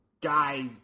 guy